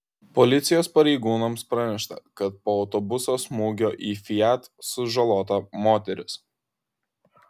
policijos pareigūnams pranešta kad po autobuso smūgio į fiat sužalota moteris